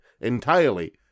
entirely